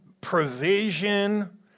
provision